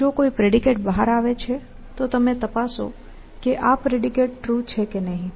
જો કોઈ પ્રેડિકેટ બહાર આવે છે તો તમે તપાસો કે આ પ્રેડિકેટ ટ્રુ છે કે નહીં